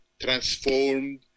transformed